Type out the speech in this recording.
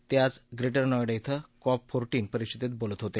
ते आज ग्रेटर नोएडा धिं क्रॉप फोरटीन परिषदेत बोलत होते